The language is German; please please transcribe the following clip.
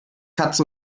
katz